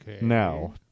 now